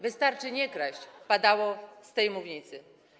Wystarczy nie kraść - padło z tej mównicy.